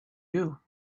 you